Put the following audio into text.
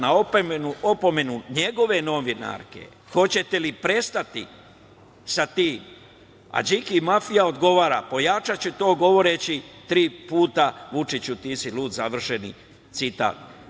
Na opomenu njegove novinarke – hoćete li prestati sa tim, Điki mafija odgovara – pojačaću to govoreći tri puta – Vučiću ti si lud, završen citat.